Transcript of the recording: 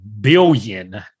billion